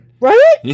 Right